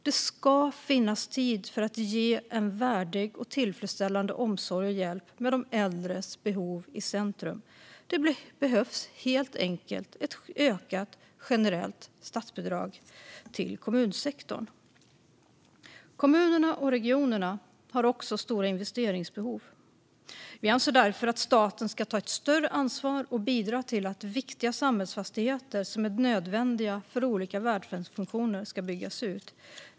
Det ska finnas tid för att ge en värdig och tillfredsställande omsorg och hjälp med de äldres behov i centrum. Det behövs helt enkelt ett ökat generellt statsbidrag till kommunsektorn. Kommuner och regioner har också stora investeringsbehov. Vi anser därför att staten ska ta ett större ansvar och bidra till att viktiga samhällsfastigheter som är nödvändiga för olika välfärdsfunktioner ska byggas ut.